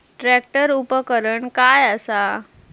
Tractor उपकरण काय असा?